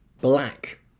black